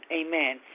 amen